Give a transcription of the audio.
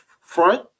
front